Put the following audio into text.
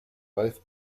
both